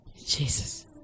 Jesus